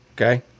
Okay